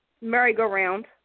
merry-go-round